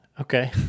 Okay